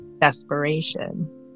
desperation